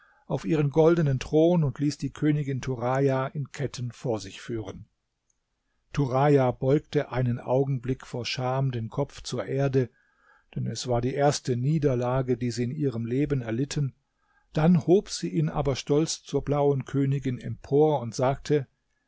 auf ihren goldenen thron und ließ die königin turaja in ketten vor sich führen turaja beugte einen augenblick vor scham den kopf zur erde denn es war die erste niederlage die sie in ihrem leben erlitten dann hob sie ihn aber stolz zur blauen königin empor und sagte